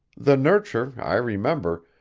the nurture, i remember,